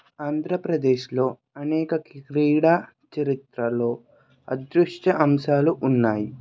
ఆంధ్రప్రదేశ్లో అనేక క్రీడా చరిత్రలో అదృశ్య అంశాలు ఉన్నాయి